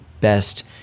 best